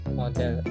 model